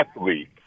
athlete